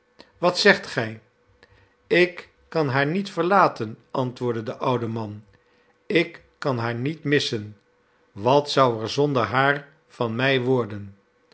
wat zegt gij ik kan haar niet verlaten antwoordde de oude man ik kan haar niet missen wat zou er zonder haar van mi worden